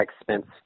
expense